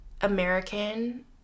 American